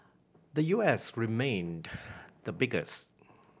the U S remained the biggest